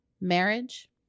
marriage